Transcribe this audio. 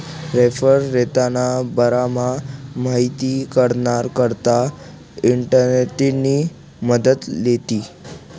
referral रेटना बारामा माहिती कराना करता इंटरनेटनी मदत लीधी